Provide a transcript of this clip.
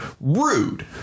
Rude